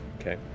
Okay